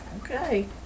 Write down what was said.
Okay